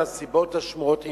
מהסיבות השמורות עמו,